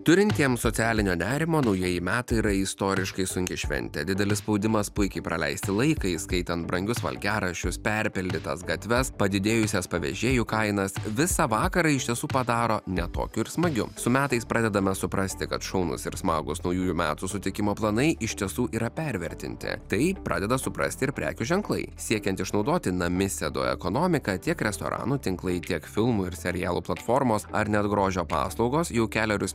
turintiems socialinio nerimo naujieji metai yra istoriškai sunki šventę didelis spaudimas puikiai praleisti laiką įskaitant brangius valgiaraščius perpildytas gatves padidėjusias vežėjų kainas visą vakarą iš tiesų padaro ne tokiu ir smagiu su metais pradedame suprasti kad šaunūs ir smagūs naujųjų metų sutikimo planai iš tiesų yra pervertinti tai pradeda suprasti ir prekių ženklai siekiant išnaudoti namisėdų ekonomiką tiek restoranų tinklai tiek filmų ir serialų platformos ar net grožio paslaugos jau kelerius